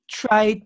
try